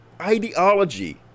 ideology